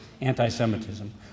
anti-Semitism